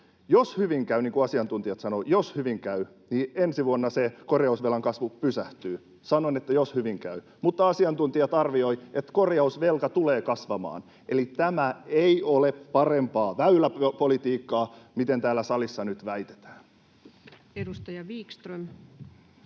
Jos hyvin käy — niin kuin asiantuntijat sanovat, jos hyvin käy — niin ensi vuonna se korjausvelan kasvu pysähtyy — sanoin, että jos hyvin käy — mutta asiantuntijat arvioivat, että korjausvelka tulee kasvamaan. Eli tämä ei ole parempaa väyläpolitiikkaa, mitä täällä salissa nyt väitetään. [Speech 453]